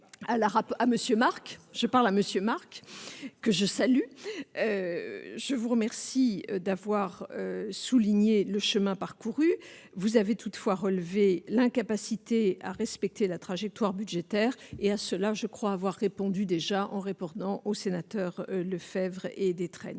Je parle à monsieur Marc que je salue, je vous remercie d'avoir souligné le chemin parcouru, vous avez toutefois relevé l'incapacité à respecter la trajectoire budgétaire et à ceux-là, je crois avoir répondu, déjà on aurait pourtant aux sénateurs Lefebvre et Détraigne